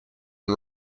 and